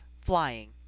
flying